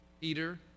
Peter